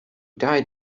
died